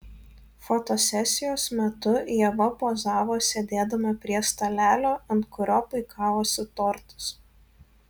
fotosesijos metu ieva pozavo sėdėdama prie stalelio ant kurio puikavosi tortas